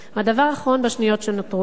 הדבר האחרון, בשניות שנותרו לי: